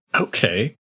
Okay